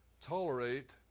tolerate